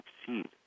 succeed